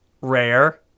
rare